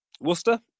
Worcester